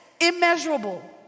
immeasurable